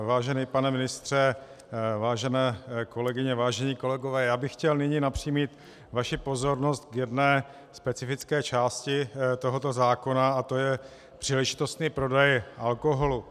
Vážený pane ministře, vážené kolegyně, vážení kolegové, já bych chtěl nyní napřímit vaši pozornost k jedné specifické části tohoto zákona a to je příležitostný prodej alkoholu.